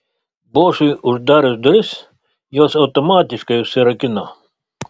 bošui uždarius duris jos automatiškai užsirakino